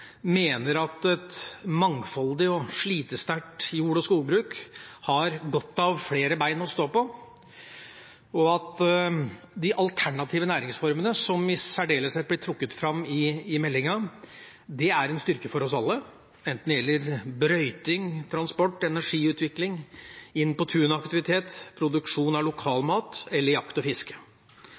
mener at et mangfoldig og slitesterkt jord- og skogbruk har godt av flere bein å stå på, og at de alternative næringsformene som i særdeleshet blir trukket fram i meldinga, er en styrke for oss alle, enten det gjelder brøyting, transport, energiutvikling, Inn på tunet-aktivitet, produksjon av lokalmat eller jakt og fiske.